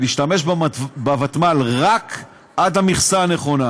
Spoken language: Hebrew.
להשתמש בוותמ"ל רק עד למכסה הנכונה,